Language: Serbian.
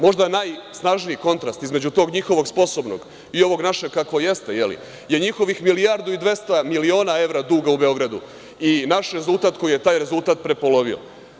Možda najsnažniji kontrast između tog njihovog sposobnog i ovog našeg, kako jeste, je li, je njihovih milijardu i 200 miliona evra duga u Beogradu i naš rezultat koji je taj rezultat prepolovio.